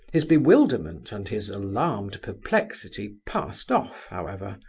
his bewilderment and his alarmed perplexity passed off, however,